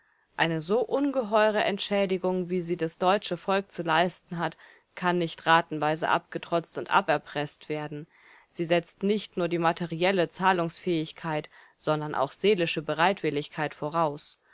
eine so ungeheure entschädigung wie sie das deutsche volk zu leisten hat kann nicht ratenweise abgetrotzt und aberpreßt werden sie setzt nicht nur die materielle zahlungsfähigkeit sondern auch seelische bereitwilligkeit voraus